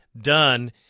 done